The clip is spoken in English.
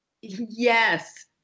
Yes